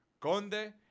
Conde